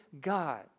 God